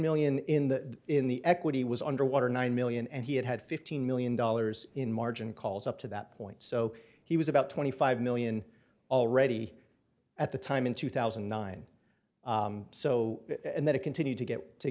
million in the in the equity was underwater nine million and he had had fifteen million dollars in margin calls up to that point so he was about twenty five million already at the time in two thousand and nine so and then it continued to get to